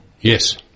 Yes